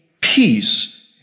peace